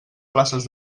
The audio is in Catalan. places